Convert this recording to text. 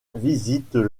visitent